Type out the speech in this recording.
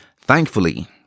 Thankfully